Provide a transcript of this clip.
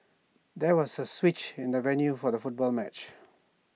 there was A switch in the venue for the football match